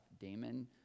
Damon